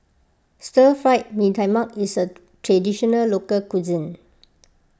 Stir Fried Mee Tai Mak is a Traditional Local Cuisine